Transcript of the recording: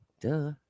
duh